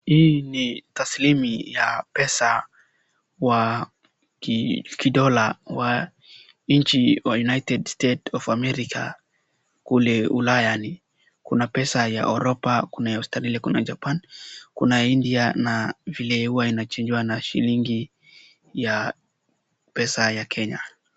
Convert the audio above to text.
Hii ni taslimu ya pesa ya kidola ya nchi ya United states of America kule ulayani, kuna pesa ya Uropa, kuna ya Australia, kuna Japan, kuna India na vile huwa inachenjiwa na shilingi ya pesa ya Kenya.